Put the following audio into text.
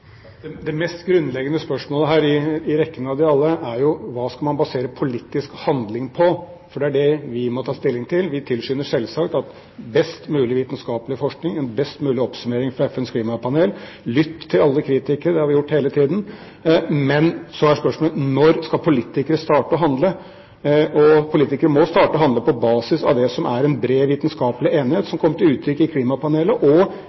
Det mest grunnleggende spørsmålet i rekken av alle, er: Hva skal man basere politisk handling på? Det er det vi må ta stilling til. Vi tilskynder selvsagt best mulig vitenskapelig forskning, best mulig oppsummering fra FNs klimapanel og å lytte til alle kritikere – det har vi gjort hele tiden. Men så er spørsmålet: Når skal politikere starte å handle – og politikere må starte å handle på basis av det som det er en bred vitenskapelig enighet om, og